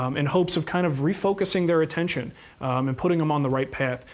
um in hopes of kind of refocusing their attention and putting them on the right path.